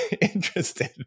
interested